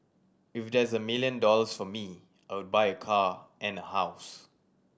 if there's a million dollars for me I would buy a car and a house